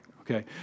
okay